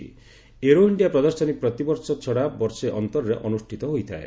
'aero India' ପ୍ରଦର୍ଶନୀ ପ୍ରତି ବର୍ଷେ ଛଡ଼ା ବର୍ଷେ ଅନ୍ତରରେ ଅନୁଷ୍ଠିତ ହୋଇଥାଏ